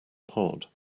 pod